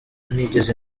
nigeze